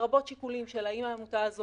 לרבות שיקולים האם העמותה הזאת